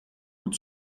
hut